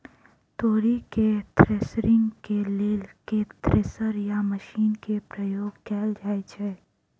तोरी केँ थ्रेसरिंग केँ लेल केँ थ्रेसर या मशीन केँ प्रयोग कैल जाएँ छैय?